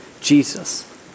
Jesus